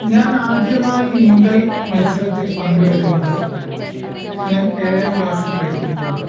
ഞാൻ ആദ്യമായി നീന്തൽ മത്സരത്തിൽ പങ്കെടുക്കുന്നത് ഞാൻ ഏഴാം ക്ലാസ്സിൽ പഠിക്കുമ്പോളാണ്